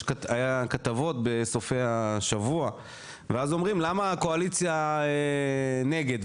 היה כתבות בסופי השבוע ואז אומרים למה הקואליציה נגד?